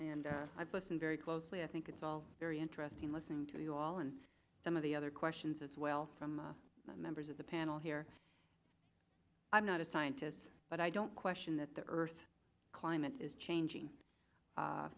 and i've listened very closely i think it's all very interesting listening to you all and some of the other questions as well from members of the panel here i'm not a scientist but i don't question that the earth's climate is changing